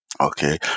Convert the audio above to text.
Okay